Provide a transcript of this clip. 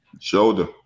Shoulder